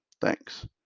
Thanks